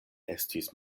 estis